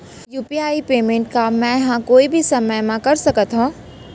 UPI payment का मैं ह कोई भी समय म कर सकत हो?